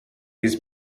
his